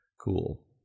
Cool